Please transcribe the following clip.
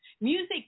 music